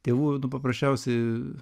tėvų nu paprasčiausiai